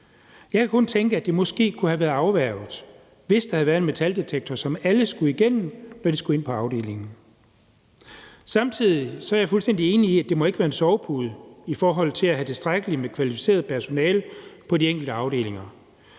Jeg kan kun tænke, at det måske kunne have været afværget, hvis der havde været en metaldetektor, som alle skulle igennem, når de skulle ind på afdelingen. Samtidig er jeg fuldstændig enig i, at det ikke må være en sovepude i forhold til at have tilstrækkeligt med kvalificeret personale på de enkelte afdelinger.